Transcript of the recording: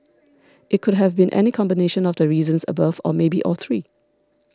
it could have been any combination of the reasons above or maybe all three